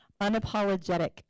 Unapologetic